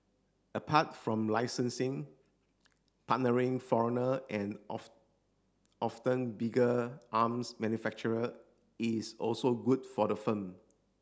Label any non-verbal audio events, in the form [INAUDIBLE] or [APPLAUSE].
apart from licensing partnering foreigner and [UNINTELLIGIBLE] often bigger arms manufacturer is also good for the firm